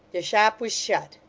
the shop was shut.